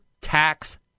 Tax